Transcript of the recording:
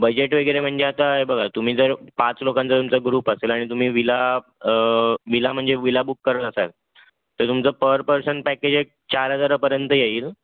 budget वगैरे म्हणजे आता हे बघा तुम्ही जर पाच लोकांचा तुमचा ग्रुप असेल आणि तुम्ही विला विला म्हणजे विला बुक करत असाल तर तुमचं पर पर्सन पॅकेज एक चार हजारापर्यंत येईल